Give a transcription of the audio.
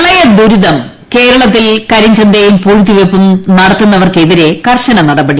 പ്രളയദുരിതം ക്രേളത്തിൽ കരിചന്തയും പൂഴ്ത്തിവയ്പ്പും നടത്തുന്നവർക്കെതിരെ കർശന നടപടി